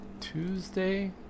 Tuesday